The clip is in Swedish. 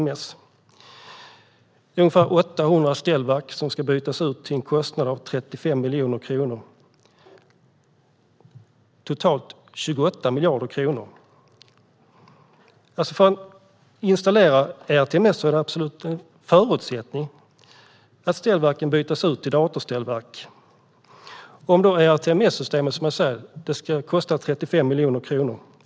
Det är ungefär 800 ställverk som ska bytas ut till en kostnad av 35 miljoner kronor, totalt 28 miljarder kronor. För att man ska kunna installera ERTMS är det en förutsättning att ställverken byts ut till datorställverk. ERTMS ska, som jag säger, kosta 35 miljarder kronor.